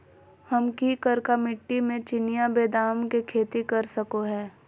हम की करका मिट्टी में चिनिया बेदाम के खेती कर सको है?